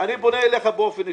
אני פונה אליך באופן אישי.